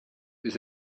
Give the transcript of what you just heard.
was